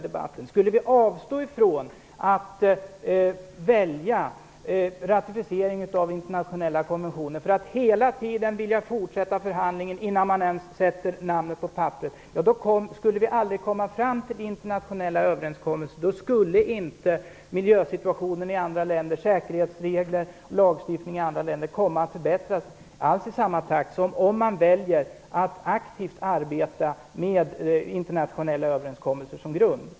Om vi skulle avstå från att välja ratificering av internationella konventioner, och i stället hela tiden fortsätta förhandlingen innan man ens satt namnet på papperet, då skulle vi aldrig komma fram till några internationella överenskommelser. Då skulle inte miljösituationen, säkerhetsreglerna och lagstiftningen i andra länder alls komma att förbättras i samma takt som om man väljer att aktivt arbeta med internationella överenskommelser som grund.